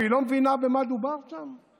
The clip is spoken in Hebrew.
והיא לא מבינה במה דובר שם?